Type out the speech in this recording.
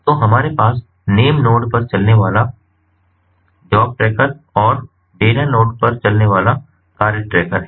तो हमारे पास नेम नोड पर चलने वाला जॉब ट्रैकर और डेटा नोड पर चलने वाला कार्य ट्रैकर है